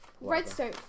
redstone